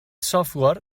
software